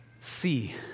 see